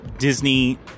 Disney